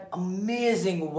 amazing